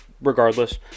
regardless